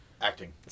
Acting